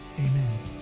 Amen